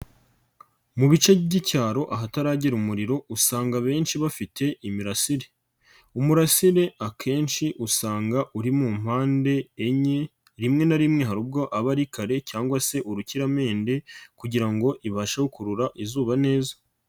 Mu bice by'icyaro ahataragera umuriro usanga abenshi bafite imirasire, umurasire akenshi usanga uri mu mpande enye rimwe na rimwe hari ubwo aba ari kare cyangwa se urukiramende kugira ngo ibashe gu kurura izuba neza.